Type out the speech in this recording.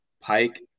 Pike